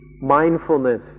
mindfulness